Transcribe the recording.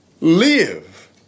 live